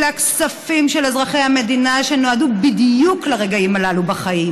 אלה הכספים של אזרחי המדינה שנועדו בדיוק לרגעים הללו בחיים.